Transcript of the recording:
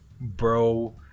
bro